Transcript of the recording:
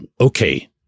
okay